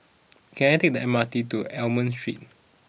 can I take the M R T to Almond Street